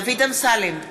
דוד אמסלם,